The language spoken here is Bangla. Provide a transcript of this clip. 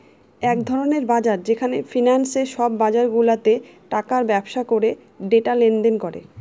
এক ধরনের বাজার যেখানে ফিন্যান্সে সব বাজারগুলাতে টাকার ব্যবসা করে ডেটা লেনদেন করে